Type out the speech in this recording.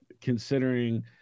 considering